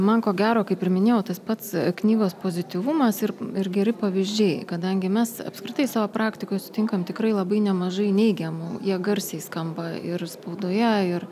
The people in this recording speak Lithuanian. man ko gero kaip ir minėjau tas pats knygos pozityvumas ir ir geri pavyzdžiai kadangi mes apskritai savo praktikoj sutinkam tikrai labai nemažai neigiamų jie garsiai skamba ir spaudoje ir